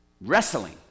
wrestling